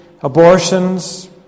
abortions